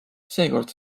seekord